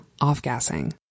off-gassing